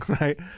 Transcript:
right